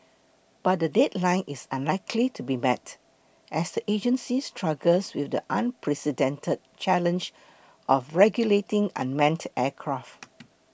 but the deadline is unlikely to be met as the agency struggles with the unprecedented challenge of regulating unmanned aircraft